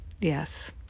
Yes